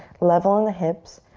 level in the hips.